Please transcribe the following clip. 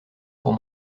pour